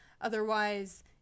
otherwise